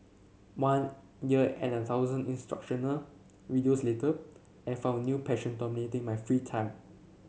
one year and a thousand instructional videos later I found a new passion dominating my free time